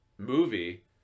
movie